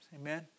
Amen